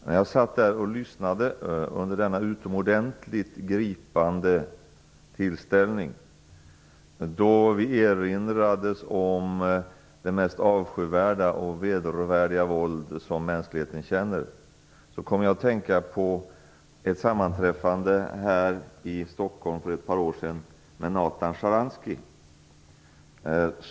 När jag satt och lyssnade till denna utomordentligt gripande tillställning, där det erinrades om det mest avskyvärda och vedervärdiga våld som mänskligheten känner, kom jag att tänka på ett sammanträffande här i Stockholm för ett par år sedan med Nathan Sjaranskij.